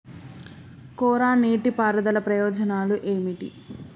కోరా నీటి పారుదల ప్రయోజనాలు ఏమిటి?